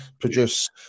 produce